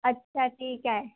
अच्छा ठीक आहे